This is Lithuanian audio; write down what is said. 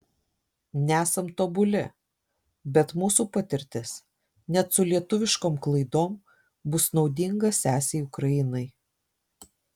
nesam tobuli bet mūsų patirtis net su lietuviškom klaidom bus naudinga sesei ukrainai